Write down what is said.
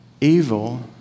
evil